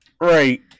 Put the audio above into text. Right